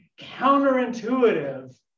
counterintuitive